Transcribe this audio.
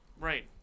Right